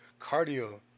cardio